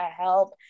help